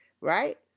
right